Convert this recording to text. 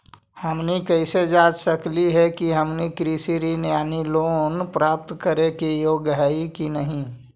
हमनी कैसे जांच सकली हे कि हमनी कृषि ऋण यानी लोन प्राप्त करने के योग्य हई कि नहीं?